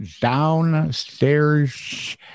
downstairs